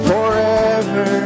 Forever